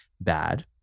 bad